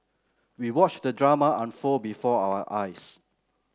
we watched the drama unfold before our eyes